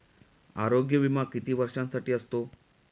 आरोग्य विमा किती वर्षांसाठी असतो?